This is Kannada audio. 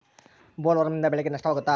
ಬೊಲ್ವರ್ಮ್ನಿಂದ ಬೆಳೆಗೆ ನಷ್ಟವಾಗುತ್ತ?